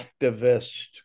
activist